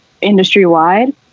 industry-wide